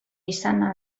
izana